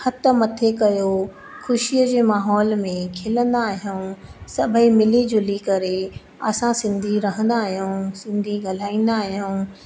हथ मथे कयो खुशीअ जे माहौलु में खिलंदा आहियूं सभई मिली जुली करे असां सिंधी रहंदा आहियूं सिंधी ॻाल्हाईंदा आहियूं